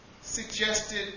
suggested